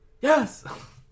Yes